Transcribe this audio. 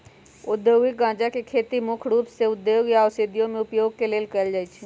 औद्योगिक गञ्जा के खेती मुख्य रूप से उद्योगों या औषधियों में उपयोग के लेल कएल जाइ छइ